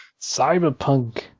Cyberpunk